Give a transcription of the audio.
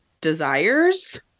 desires